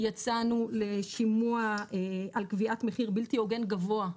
יצאנו לשימוע על קביעת מחיר בלתי הוגן גבוה,